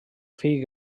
fill